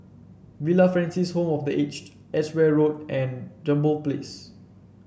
Villa Francis Home for The Aged Edgware Road and Jambol Place